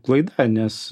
klaida nes